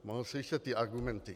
Mohl slyšet argumenty.